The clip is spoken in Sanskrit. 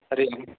हरि ओम्